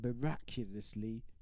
miraculously